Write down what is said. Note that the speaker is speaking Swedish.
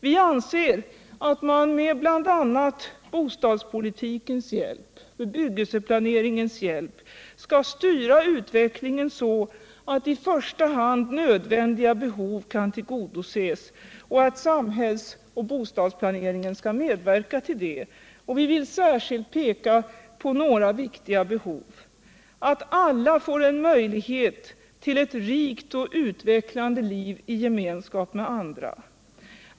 Vi anser att man med bl.a. bostadspolitikens och bebyggelseplaneringens hjälp skall styra utvecklingen så att i första hand nödvändiga behov kan tillgodoses. Samhälls och bostadsplaneringen skall medverka till det. Vi vill särskilt peka på några viktiga behov: Att alla får möjlighet till ett rikt och utvecklande liv i gemenskap med andra.